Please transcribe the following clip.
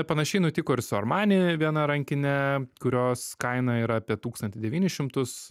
panašiai nutiko ir su armani viena rankine kurios kaina yra apie tūkstantį devynis šimtus